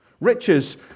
Riches